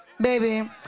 baby